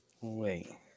Wait